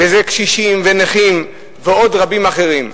וזה קשישים ונכים ועוד רבים אחרים.